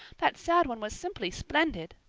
that sad one was simply splendid.